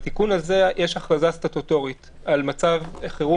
בתיקון הזה יש הכרזה סטטוטורית על מצב חירום